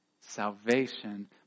Salvation